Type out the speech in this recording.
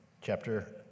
chapter